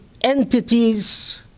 entities